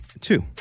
Two